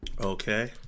Okay